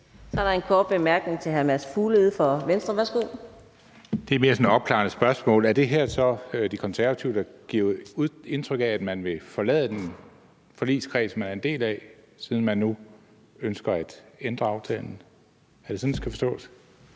Så er der en kort bemærkning til hr. Mads Fuglede fra Venstre. Værsgo. Kl. 17:31 Mads Fuglede (V): Det er mere sådan et opklarende spørgsmål: Er det her så De Konservative, der giver udtryk for, at man vil forlade den forligskreds, man er en del af, siden man nu ønsker at ændre aftalen? Er det sådan, det skal forstås?